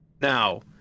Now